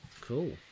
Cool